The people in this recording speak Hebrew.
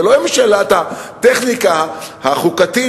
ולא עם שאלת הטכניקה החוקתית,